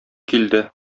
килде